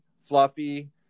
fluffy